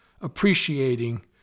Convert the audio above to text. appreciating